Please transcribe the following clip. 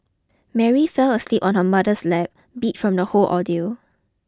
Mary fell asleep on her mother's lap beat from the whole ordeal